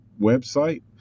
website